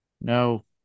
no